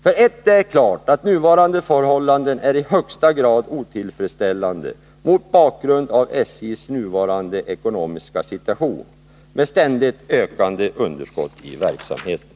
För ett är klart, nämligen att nuvarande förhållanden är i högsta grad otillfredsställande med tanke på SJ:s ekonomiska situation med ständigt ökande underskott i verksamheten.